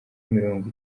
mirongo